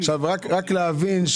רק להבין.